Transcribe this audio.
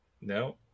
no